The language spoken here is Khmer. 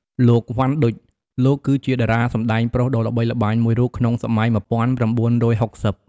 លោក វ៉ាន់ ឌុច លោកគឺជាតារាសម្តែងប្រុសដ៏ល្បីល្បាញមួយរូបក្នុងសម័យ ១៩៦០។